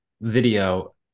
video